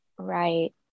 Right